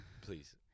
please